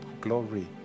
glory